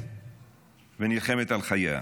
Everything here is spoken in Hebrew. שמתגוננת ונלחמת על חייה.